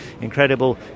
Incredible